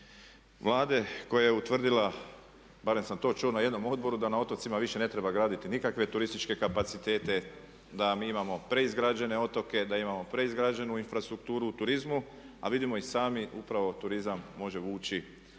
Vlade koja je utvrdila barem sam to čuo na jednom odboru da na otocima više ne treba graditi nikakve turističke kapacitete, da mi imamo preizgrađene otoke, da imamo preizgrađenu infrastrukturu u turizmu a vidimo i sami upravo turizam može vući